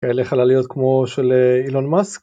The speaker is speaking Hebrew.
‫אלה חלליות כמו של אילון מאסק